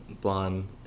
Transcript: blonde